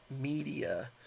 Media